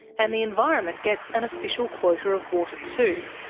and the environment gets an official quota of water too.